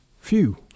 Phew